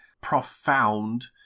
profound